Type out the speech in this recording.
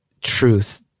Truth